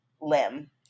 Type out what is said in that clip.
limb